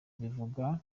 bivuga